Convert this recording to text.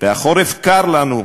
והחורף קר לנו.